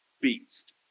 beast